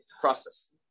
process